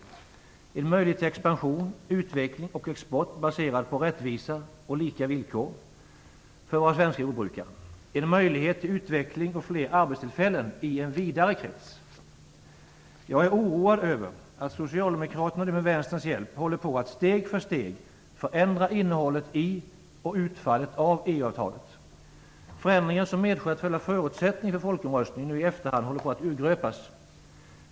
De såg en möjlighet till expansion, utveckling och export baserad på rättvisa och lika villkor för våra svenska jordbrukare. De såg en möjlighet till utveckling och fler arbetstillfällen i en vidare krets. Jag är oroad över att Socialdemokraterna nu med vänsterns hjälp håller på att steg för steg förändra innehållet i och utfallet av EU-avtalet - förändringar som medför att själva förutsättningen för folkomröstningen nu i efterhand håller på att urgröpas.